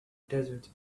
desert